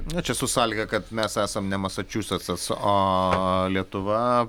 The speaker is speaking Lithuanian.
na čia su sąlyga kad mes esam ne masačusetsas o lietuva